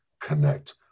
connect